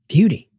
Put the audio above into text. Beauty